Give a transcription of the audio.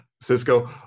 Cisco